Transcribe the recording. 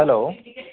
hello